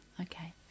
Okay